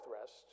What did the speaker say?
rest